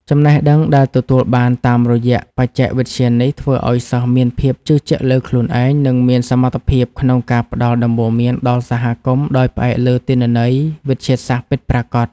ចំណេះដឹងដែលទទួលបានតាមរយៈបច្ចេកវិទ្យានេះ ធ្វើឱ្យសិស្សមានភាពជឿជាក់លើខ្លួនឯង និងមានសមត្ថភាពក្នុងការផ្ដល់ដំបូន្មានដល់សហគមន៍ដោយផ្អែកលើទិន្នន័យវិទ្យាសាស្ត្រពិតប្រាកដ។